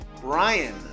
Brian